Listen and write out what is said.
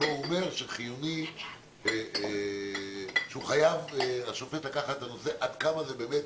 שבו הוא אומר שחייב השופט לקחת את הנושא עד כמה זה באמת